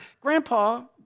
grandpa